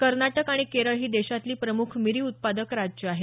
कर्नाटक आणि केरळ ही देशातली प्रमुख मिरी उत्पादक राज्य आहेत